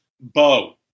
bow